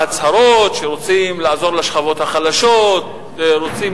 להצהרות שרוצים לעזור לשכבות החלשות ורוצים